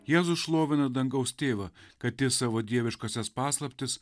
jėzus šlovina dangaus tėvą kad jis savo dieviškąsias paslaptis